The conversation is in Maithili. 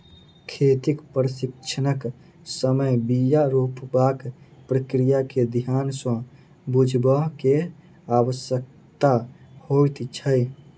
खेतीक प्रशिक्षणक समय बीया रोपबाक प्रक्रिया के ध्यान सँ बुझबअ के आवश्यकता होइत छै